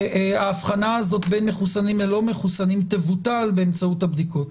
ההבחנה הזאת בין מחוסנים ללא מחוסנים תבוטל באמצעות הבדיקות.